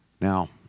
Now